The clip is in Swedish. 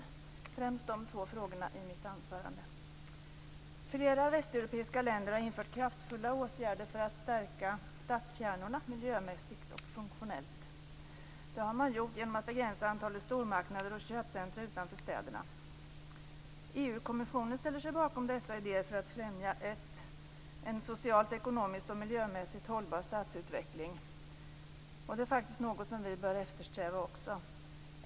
Flera västeuropeiska länder har infört kraftfulla åtgärder för att stärka stadskärnorna miljömässigt och funktionellt. Det har man gjort genom att begränsa antalet stormarknader och köpcentrum utanför städerna. EU-kommissionen ställer sig bakom dessa idéer för att främja en socialt, ekonomiskt och miljömässigt hållbar stadsutveckling. Det är faktiskt något som vi också bör eftersträva.